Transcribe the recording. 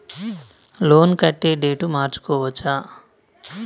Loan కట్టే date మార్చుకోవచ్చా?